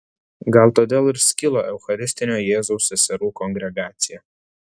gal todėl ir skilo eucharistinio jėzaus seserų kongregacija